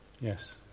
yes